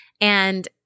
And-